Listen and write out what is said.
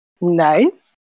Nice